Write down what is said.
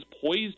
poised